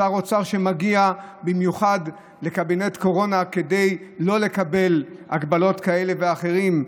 שר אוצר שמגיע במיוחד לקבינט קורונה כדי לא לקבל הגבלות כאלה ואחרות,